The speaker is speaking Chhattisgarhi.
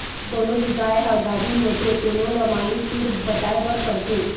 कोनो भी गाय ह गाभिन होथे तेनो ल मालिक तीर बताए बर परथे